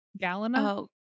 Galena